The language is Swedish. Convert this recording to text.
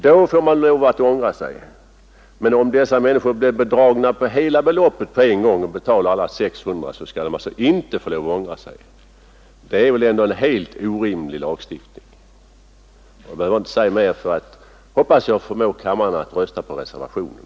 Då får man ångra sig, men om dessa människor betalar hela beloppet på en gång och sålunda blir bedragna på 600 kronor, skall de alltså inte få ångra sig. Det är väl ändå en helt orimlig lagstiftning. Jag behöver inte säga mer, hoppas jag, för att förmå kammaren att bifalla reservationen.